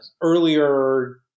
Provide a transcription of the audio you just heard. earlier